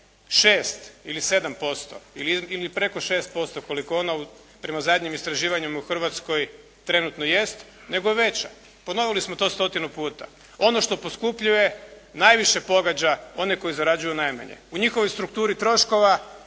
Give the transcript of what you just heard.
6 ili 7% ili preko 6% koliko ono prema zadnjim istraživanjima u Hrvatskoj trenutno jest, nego je veća. Ponovili smo to stotinu puta. Ono što poskupljuje najviše pogađa one koji zarađuju najmanje. U njihovoj strukturi troškova,